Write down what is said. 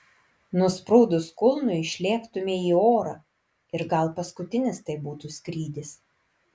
nusprūdus kulnui išlėktumei į orą ir gal paskutinis tai būtų skrydis